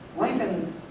Lincoln